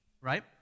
right